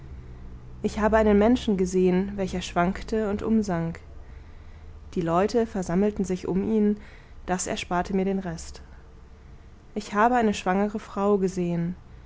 ich habe einen menschen gesehen welcher schwankte und umsank die leute versammelten sich um ihn das ersparte mir den rest ich habe eine schwangere frau gesehen